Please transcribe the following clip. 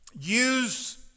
use